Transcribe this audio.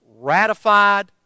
ratified